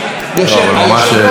לא, הערה מותר.